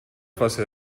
fase